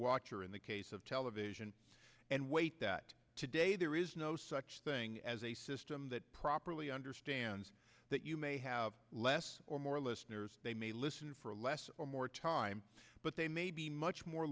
watcher in the case of television and weight that today there is no such thing as a system that properly understands that you may have less or more listeners they may listen for less or more time but they may be much more